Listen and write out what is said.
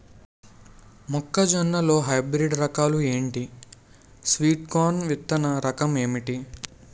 మొక్క జొన్న లో హైబ్రిడ్ రకాలు ఎంటి? స్వీట్ కార్న్ విత్తన రకం ఏంటి?